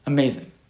Amazing